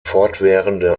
fortwährende